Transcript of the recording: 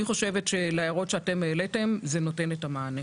אני חושבת שלהערות שאתם העליתם זה נותן את המענה.